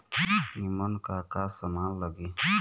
ईमन का का समान लगी?